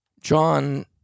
John